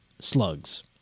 slugs